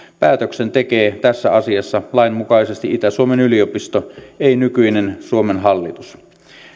päätöksen tekee tässä asiassa lain mukaisesti itä suomen yliopisto ei nykyinen suomen hallitus